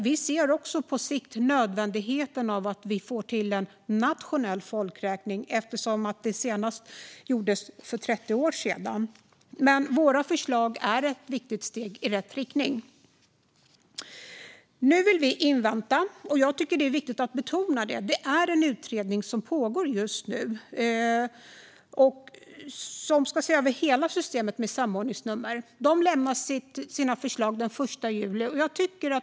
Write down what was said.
Vi ser också på sikt nödvändigheten av att vi får till en nationell folkräkning, eftersom en sådan senast gjordes för 30 år sedan. Men våra förslag är ett viktigt steg i rätt riktning. Nu vill vi invänta - jag tycker att det är viktigt att betona det - den utredning som just nu ser över hela systemet med samordningsnummer och ska lämna sina förslag den 1 juli.